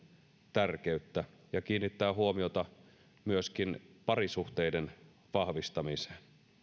tärkeyttä ja kiinnittää huomiota myöskin parisuhteiden vahvistamiseen